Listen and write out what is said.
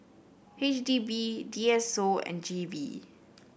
H D B D S O and G V